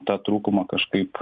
tą trūkumą kažkaip